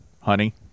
honey